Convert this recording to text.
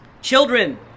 Children